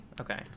Okay